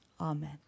amen